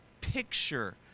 Picture